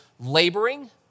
laboring